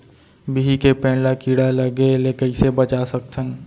बिही के पेड़ ला कीड़ा लगे ले कइसे बचा सकथन?